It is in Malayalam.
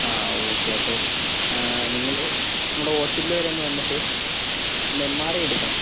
ആ ഓക്കേ അപ്പോൾ നിങ്ങൾ നമ്മുടെ ഹോസ്പിറ്റല് വരെ ഒന്ന് വന്നിട്ട് ഒന്ന് എം ആർ ഐ എടുക്കണം